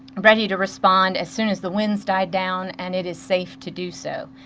ready to respond as soon as the winds died down and it is safe to do so.